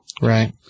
Right